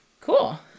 Cool